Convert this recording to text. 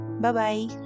Bye-bye